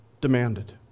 demanded